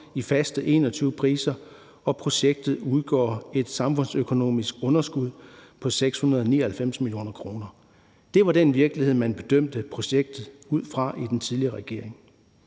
i faste 2021-priser, og projektet udgør et samfundsøkonomisk underskud på 699 mio. kr. Det var den virkelighed, man bedømte projektet ud fra i den tidligere regering.